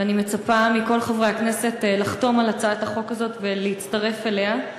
ואני מצפה מכל חברי הכנסת לחתום על הצעת החוק הזאת ולהצטרף אליה.